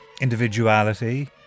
individuality